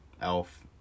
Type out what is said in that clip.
Elf